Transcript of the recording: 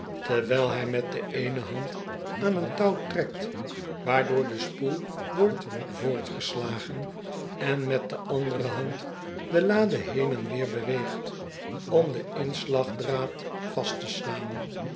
terwijl hij met de eene hand aan een touw trekt waardoor de spoel wordt voortgeslagen en met de andere hand de lade heen en weêr beweegt om den inslagdraad vast te slaan